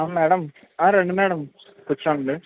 ఆ మ్యాడం ఆ రండి మ్యాడం కూర్చోండి